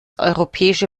europäische